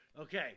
Okay